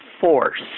force